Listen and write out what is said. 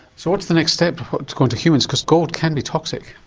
so what's the next step going to humans, because gold can be toxic?